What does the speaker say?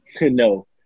No